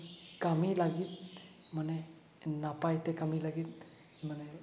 ᱠᱟᱹᱢᱤ ᱞᱟᱹᱜᱤᱫ ᱢᱟᱱᱮ ᱱᱟᱯᱟᱭ ᱛᱮ ᱠᱟᱹᱢᱤ ᱞᱟᱹᱜᱤᱫ